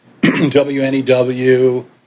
WNEW